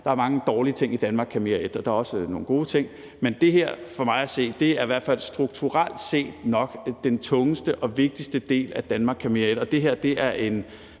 der er mange dårlige ting i »Danmark kan mere I« og også nogle gode ting, men det her er for mig at se i hvert fald strukturelt set nok den tungeste og vigtigste del af »Danmark kan mere I«. Det her er